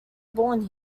born